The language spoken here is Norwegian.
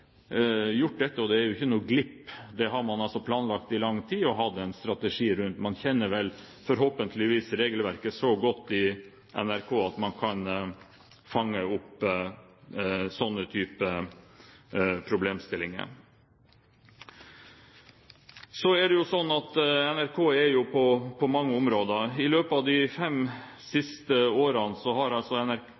gjort dette, og det er ikke noen glipp, det har man planlagt i lang tid og hatt en strategi rundt. Man kjenner forhåpentligvis regelverket så godt i NRK at man kan fange opp denne type problemstillinger. Så er det sånn at NRK er med på mange områder. I løpet av de fem siste årene har NRK